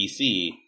DC